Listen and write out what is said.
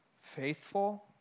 faithful